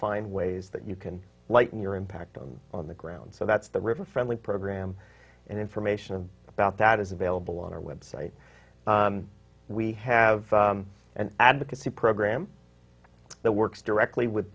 find ways that you can lighten your impact on on the ground so that's the river friendly program and information about that is available on our web site and we have an advocacy program that works directly with